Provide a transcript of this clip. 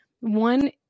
one